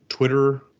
Twitter